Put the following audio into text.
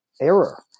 error